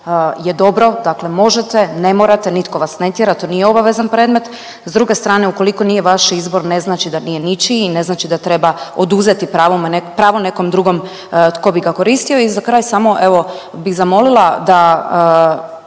je dobro, dakle možete, ne morate nitko vas ne tjera to nije obavezan predmet, s druge strane ukoliko nije vaš izbor ne znači da nije ničiji i ne znači da treba oduzeti pravo nekom drugom tko bi ga koristio i za kraj samo evo bi zamolila da